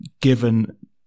given